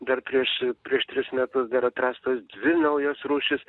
dar prieš prieš trejus metus dar atrastos dvi naujos rūšys